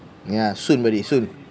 yeah soon buddy soon